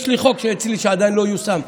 יש לי חוק אצלי שעדיין לא יושם,